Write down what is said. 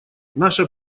наша